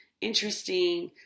interesting